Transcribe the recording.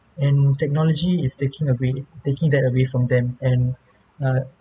and technology is taking away taking that away from them and uh